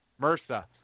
MRSA